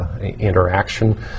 interaction